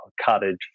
cottage